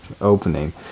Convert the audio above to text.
opening